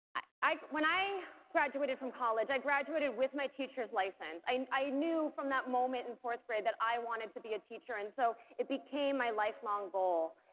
when i graduated from college, i graduated with my teacher's license, i i knew from that moment in fourth grade that i wanted to be a teacher and so it became my lifelong goal.